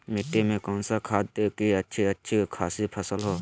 मिट्टी में कौन सा खाद दे की अच्छी अच्छी खासी फसल हो?